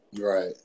Right